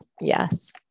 yes